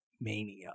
Mania